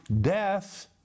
death